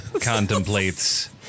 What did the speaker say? contemplates